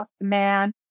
man